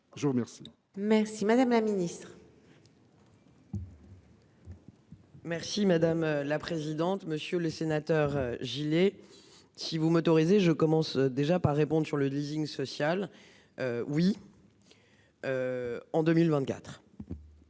Je vous remercie. Merci madame la ministre. Merci madame la présidente, monsieur le sénateur, Gilles. Si vous m'autorisez, je commence déjà par répondent sur le leasing social. Oui. En 2024.